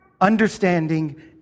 understanding